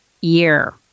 year